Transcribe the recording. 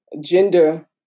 gender